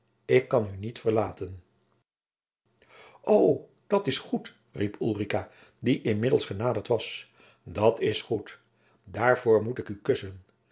ik kan u niet verlaten o dat is goed riep ulrica die inmiddels genaderd was dat is goed daarvoor moet ik u kussen